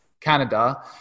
Canada